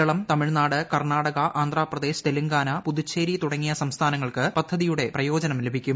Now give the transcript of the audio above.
കേരളം തമിഴ്നാട് കർണ്ണാടക ആന്ധ്രാപ്രദേശ് തെലങ്കാന പൂതുച്ചേരി തുടങ്ങിയ സംസ്ഥാനങ്ങൾക്ക് പദ്ധതിയുടെ പ്രയോജനം ലഭിക്കും